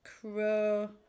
crow